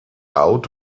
out